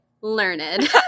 learned